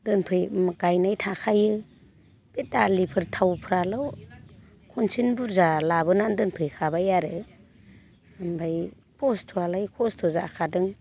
दोनफै गायनाय थाखायो बे दालिफोर थावफ्राल' खनसेनो बुरजा लाबोनानै दोनफै खाबाय आरो ओमफाय खस्थ'आलाय खस्थ' जाखादों